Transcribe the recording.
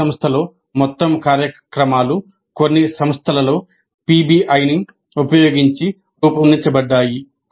వైద్య సంస్థలో మొత్తం కార్యక్రమాలు కొన్ని సంస్థలలో పిబిఐని ఉపయోగించి రూపొందించబడ్డాయి